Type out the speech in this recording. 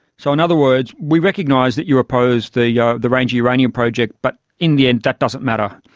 so in other words, we recognise that you oppose the yeah the ranger uranium project, but in the end that doesn't matter'.